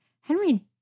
Henry